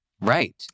Right